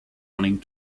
running